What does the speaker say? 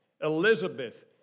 Elizabeth